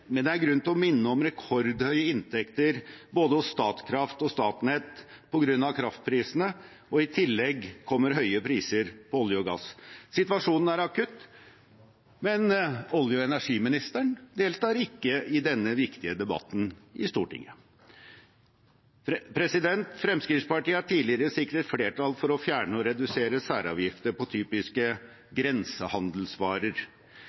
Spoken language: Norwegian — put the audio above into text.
men det er grunn til å minne om rekordhøye inntekter hos både Statkraft og Statnett på grunn av kraftprisene, og i tillegg kommer høye priser på olje og gass. Situasjonen er akutt, men olje- og energiministeren deltar ikke i denne viktige debatten i Stortinget. Fremskrittspartiet har tidligere sikret flertall for å fjerne og redusere særavgifter på typiske